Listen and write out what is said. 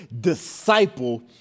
disciple